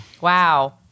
Wow